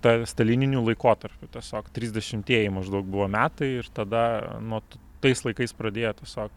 tą stalininiu laikotarpiu tiesiog trisdešimtieji maždaug buvo metai ir tada vat tais laikais pradėjo tiesiog